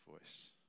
voice